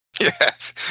Yes